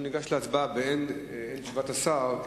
אנחנו ניגש להצבעה באין תשובת השר,